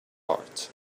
art